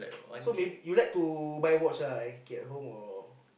so maybe you like buy watch lah and keep at home or